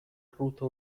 ruta